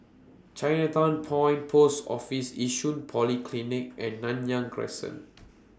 Chinatown Point Post Office Yishun Polyclinic and Nanyang Crescent